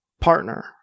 partner